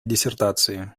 диссертации